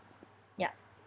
yup